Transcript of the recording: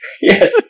Yes